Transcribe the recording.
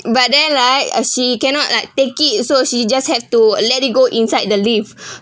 but then right as she cannot like take it so she just have to let it go inside the lift